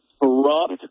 corrupt